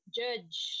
judge